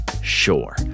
Sure